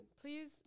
Please